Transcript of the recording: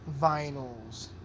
vinyls